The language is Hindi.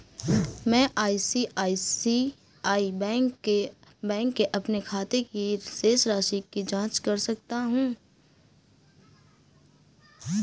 मैं आई.सी.आई.सी.आई बैंक के अपने खाते की शेष राशि की जाँच कैसे कर सकता हूँ?